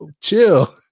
Chill